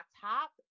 top